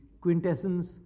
quintessence